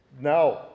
Now